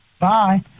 Bye